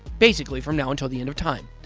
basically, from now until the end of time.